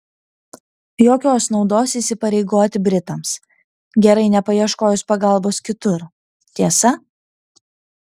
jokios naudos įsipareigoti britams gerai nepaieškojus pagalbos kitur tiesa